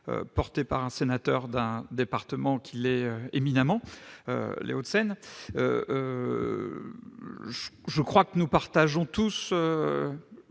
porté par un sénateur d'un département qu'il est éminemment Les Hauts-de-Seine je crois que nous partageons tous